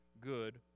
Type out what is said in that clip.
good